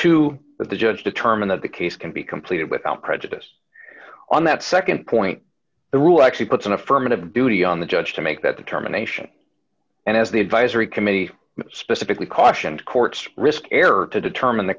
that the judge determined that the case can be completed without prejudice on that nd point the rule actually puts an affirmative duty on the judge to make that determination and as the advisory committee specifically cautioned courts risk error to determine the